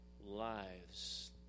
lives